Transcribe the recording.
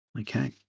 Okay